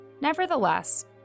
Nevertheless